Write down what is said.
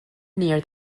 near